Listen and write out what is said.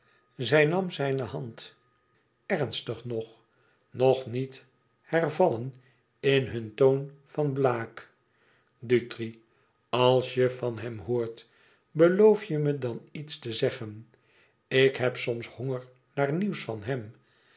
zij nam zijne hand ernstig nog nog niet hervallen in hun toon van blague dutri als je van hem hoort beloof je me dan iets te zeggen ik heb soms hnger naar nieuws van hem